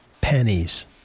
Pennies